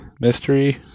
mystery